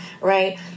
right